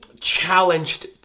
challenged